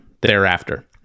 thereafter